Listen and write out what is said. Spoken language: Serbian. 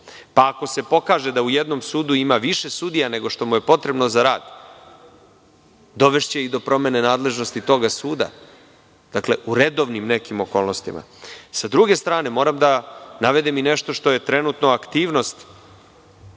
pa ako se pokaže da u jednom sudu ima više sudija nego što mu je potrebno za rad, dovešće i do promene nadležnosti toga suda. Dakle, u nekim redovnim okolnostima.S druge strane, moram da navedem i nešto što je trenutno aktivnost